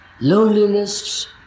loneliness